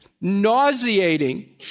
nauseating